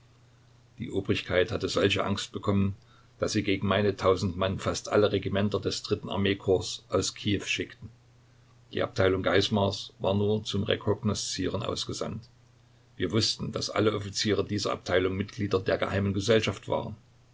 die obrigkeit hatte solche angst bekommen daß sie gegen meine tausend mann fast alle regimenter des dritten armeekorps aus kiew schickte die abteilung geismars war nur zum rekognoszieren ausgesandt wir wußten daß alle offiziere dieser abteilung mitglieder der geheimen gesellschaft waren